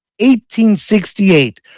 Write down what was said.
1868